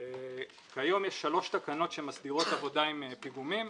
כיום שיש שלוש תקנות שמסדירות עבודה עם פיגומים.